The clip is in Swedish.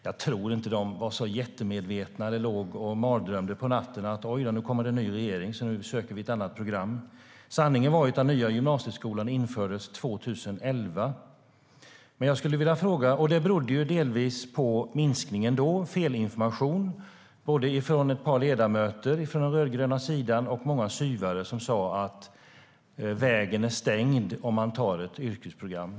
Jag tror inte att de var så jättemedvetna och hade mardrömmar om nätterna för att det kom en ny regering så att de måste söka ett annat program. Sanningen är att nya gymnasieskolan infördes 2011. Minskningen berodde då på felaktig information från ett par ledamöter från den rödgröna sidan och många "syvare" som sa att vägen är stängd om man väljer ett yrkesprogram.